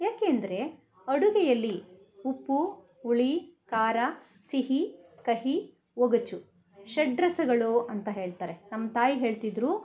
ಏಕೆಂದ್ರೆ ಅಡುಗೆಯಲ್ಲಿ ಉಪ್ಪು ಹುಳಿ ಖಾರ ಸಿಹಿ ಕಹಿ ಒಗಚು ಷಡ್ರಸಗಳು ಅಂತ ಹೇಳ್ತಾರೆ ನಮ್ಮ ತಾಯಿ ಹೇಳ್ತಿದ್ರು